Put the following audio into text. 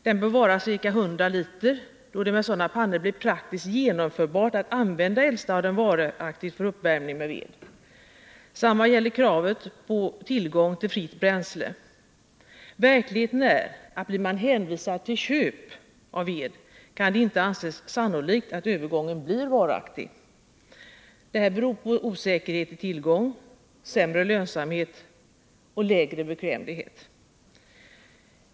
Den bör vara ca 100 liter, då det med sådana pannor blir praktiskt genomförbart att använda eldstaden varaktigt för uppvärmning med ved. Detsamma gäller kravet på tillgång till fritt bränsle. Verkligheten är den att blir man hänvisad till köp av ved kan det inte anses sannolikt att övergången blir varaktig. Det beror på osäkerhet i tillgång, sämre lönsamhet och lägre bekvämlighet.